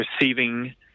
receiving